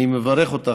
אני מברך אותך,